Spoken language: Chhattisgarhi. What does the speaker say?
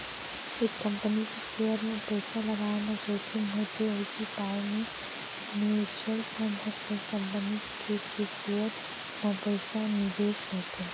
एक कंपनी के सेयर म पइसा लगाय म जोखिम होथे उही पाय के म्युचुअल फंड ह कई कंपनी के के सेयर म पइसा निवेस करथे